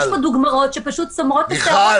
-- יש פה דוגמות שפשוט סומרות את השיער -- מיכל,